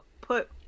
put